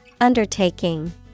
Undertaking